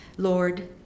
Lord